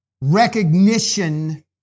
recognition